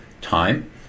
time